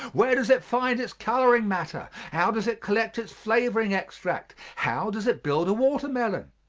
where does it find its coloring matter? how does it collect its flavoring extract? how does it build a watermelon?